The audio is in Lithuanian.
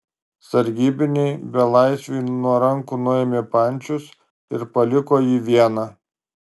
sargybiniai belaisviui nuo rankų nuėmė pančius ir paliko jį vieną